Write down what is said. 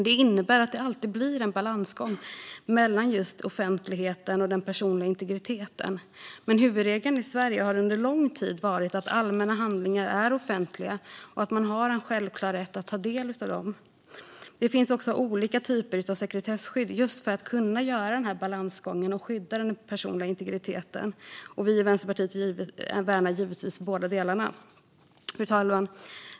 Det innebär att det alltid blir en balansgång mellan offentligheten och den personliga integriteten, men huvudregeln i Sverige har under lång tid varit att allmänna handlingar är offentliga och att man har en självklar rätt att ta del av dem. Det finns också olika typer av sekretesskydd just för att man ska kunna klara denna balansgång och skydda den personliga integriteten. Vi i Vänsterpartiet värnar givetvis båda delarna. Fru talman!